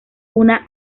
una